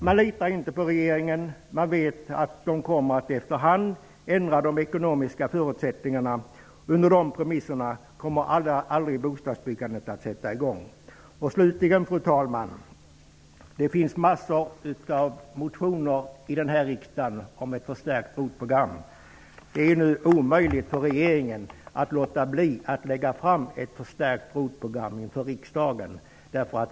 Man litar inte på regeringen, man vet att de ekonomiska förutsättningarna efter hand kommer att ändras, och på de premisserna kommer aldrig bostadsbyggandet att sättas i gång. Slutligen, fru talman: Det har i den här riksdagen väckts massor av motioner om ett förstärkt ROT program. Det är nu omöjligt för regeringen att låta bli att för riksdagen lägga fram ett förslag om ett förstärkt ROT-program.